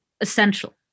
essential